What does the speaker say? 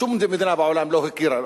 שום מדינה בעולם לא הכירה,